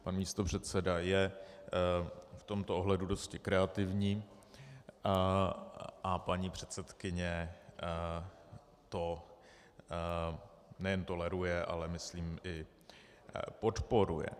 Pan místopředseda je v tomto ohledu dosti kreativní a paní předsedkyně to nejen toleruje, ale myslím i podporuje.